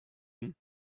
him